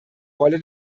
rolle